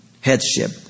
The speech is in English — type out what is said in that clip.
headship